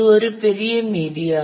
இது ஒரு பெரிய மீடியா